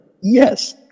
Yes